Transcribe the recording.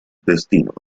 destinos